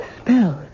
Spells